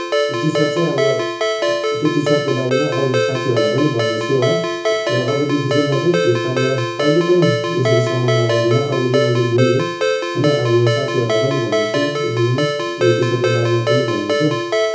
T shirt चाहिँ अब त्यो टी सर्टको बारेमा अरू साथीहरूलाई पनि भन्ने छु है र अबदेखि चाहिँ फ्लिपकार्टबाट कहिले पनि यसरी सामान मँगाउदिन अब चाहिँ मैले बुझेँ होइन अब साथीहरूलाई पनि भन्ने छु यसरी नै यो टी सर्टको बारेमा पनि भन्ने छु